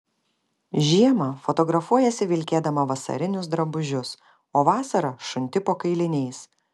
žiemą fotografuojiesi vilkėdama vasarinius drabužius o vasarą šunti po kailiniais